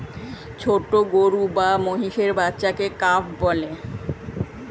ছোট গরু বা মহিষের বাচ্চাকে কাফ বলে